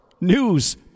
news